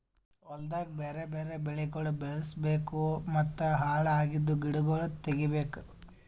ಹೊಲ್ದಾಗ್ ಬ್ಯಾರೆ ಬ್ಯಾರೆ ಬೆಳಿಗೊಳ್ ಬೆಳುಸ್ ಬೇಕೂ ಮತ್ತ ಹಾಳ್ ಅಗಿದ್ ಗಿಡಗೊಳ್ ತೆಗಿಬೇಕು